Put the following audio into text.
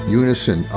unison